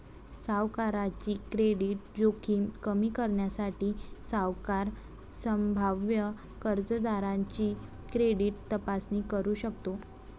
सावकाराची क्रेडिट जोखीम कमी करण्यासाठी, सावकार संभाव्य कर्जदाराची क्रेडिट तपासणी करू शकतो